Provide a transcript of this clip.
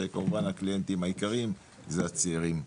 שכמובן הקליינטים העיקרים זה הצעירים.